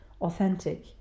authentic